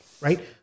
right